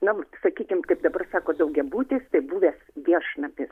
na sakykim taip dabar sako daugiabutis tai buvęs viešnamis